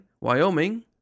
Wyoming